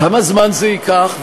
כמה זמן זה ייקח?